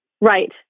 Right